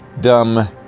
Dumb